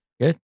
good